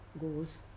goes